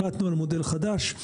החלטנו על מודל חדש.